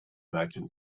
merchant